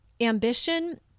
ambition